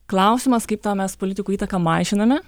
klausimas kaip tą mes politikų įtaką mažiname